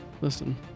Listen